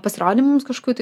pasirodymams kažkokių tai